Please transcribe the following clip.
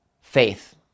faith